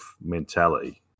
mentality